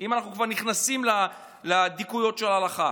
אם אנחנו כבר נכנסים לדקויות של הלכה.